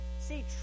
See